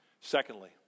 Secondly